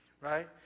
right